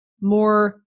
more